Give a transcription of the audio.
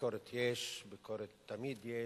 ביקורת יש, ביקורת תמיד יש,